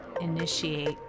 initiate